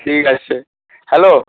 ঠিক আছে হ্যালো